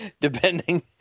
Depending